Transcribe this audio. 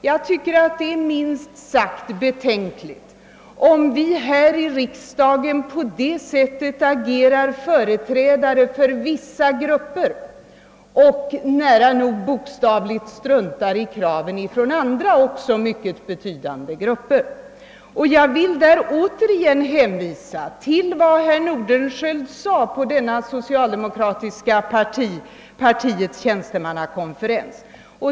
Jag tycker att det är minst sagt betänkligt om vi här i riksdagen agerar som företrädare för vissa grupper och nära nog, bokstavligt talat, struntar i andra mycket betydande gruppers krav. Jag vill återigen hänvisa till vad herr Nordenskiöld sade på det socialdemokratiska partiets tjänstemannakonferens.